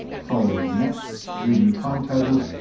following maps, reading timetables,